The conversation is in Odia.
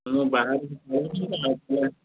ହଉ ହଉ ରହିଲି ରହିଲି ମୋର ଟିକେ ଶୀଘ୍ର କରିବେ